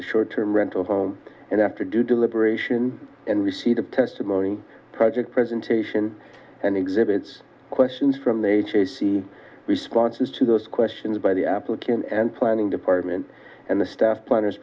a short term rental and after due deliberation and receipt of testimony project presentation and exhibits questions from the ha see responses to those questions by the application and planning department and the staff planners